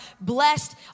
blessed